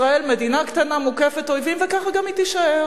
ישראל מדינה קטנה מוקפת אויבים, וכך היא גם תישאר,